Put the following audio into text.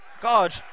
God